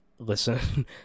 listen